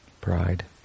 pride